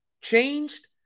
changed